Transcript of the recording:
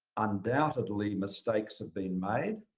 undoubtedly, mistakes have been made.